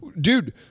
dude